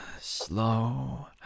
slow